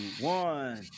one